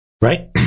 right